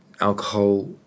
Alcohol